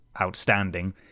outstanding